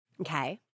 Okay